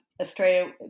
Australia